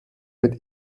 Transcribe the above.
mit